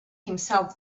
himself